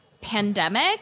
pandemic